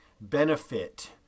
benefit